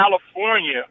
California